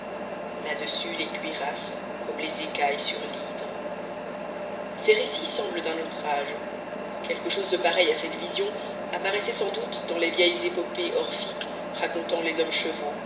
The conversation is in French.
là-dessus les cuirasses comme les écailles sur l'hydre ces récits semblent d'un autre âge quelque chose de pareil à cette vision apparaissait sans doute dans les vieilles épopées orphiques racontant les hommes chevaux